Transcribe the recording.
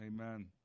amen